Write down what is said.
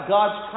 God's